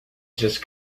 just